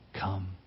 come